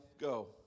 go